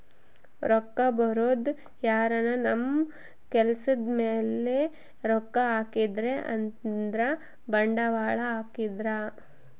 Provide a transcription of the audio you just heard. ರೊಕ್ಕ ಬರೋದು ಯಾರನ ನಮ್ ಕೆಲ್ಸದ್ ಮೇಲೆ ರೊಕ್ಕ ಹಾಕಿದ್ರೆ ಅಂದ್ರ ಬಂಡವಾಳ ಹಾಕಿದ್ರ